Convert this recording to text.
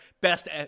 best